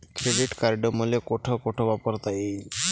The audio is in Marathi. क्रेडिट कार्ड मले कोठ कोठ वापरता येईन?